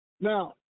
Now